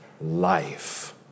life